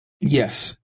yes